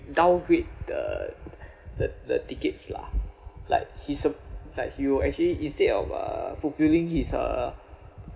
downgrade the the the tickets lah like he's s~ like he was actually instead of uh fulfilling his uh